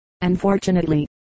Unfortunately